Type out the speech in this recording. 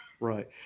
Right